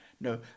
No